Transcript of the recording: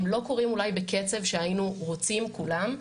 הם לא קורים אולי בקצב שהיינו רוצים כולם,